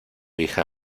hija